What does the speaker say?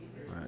right